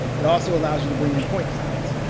it also allows you to bring in point clouds.